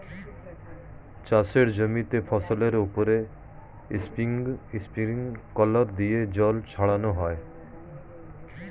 চাষের জমিতে ফসলের উপর স্প্রিংকলার দিয়ে জল ছড়ানো হয়